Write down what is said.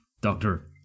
Doctor